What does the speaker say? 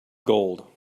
gold